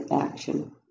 action